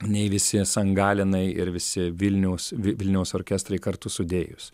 nei visi san galenai ir visi vilniaus vilniaus orkestrai kartu sudėjus